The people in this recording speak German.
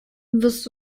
wirst